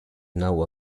now